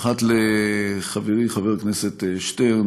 האחת לחברי חבר הכנסת שטרן,